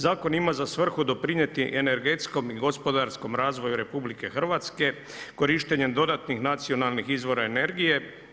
Zakon ima za svrhu doprinijet energetskom i gospodarskom razvoju RH korištenjem dodatnih nacionalnih izvora energije.